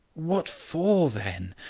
what for, then?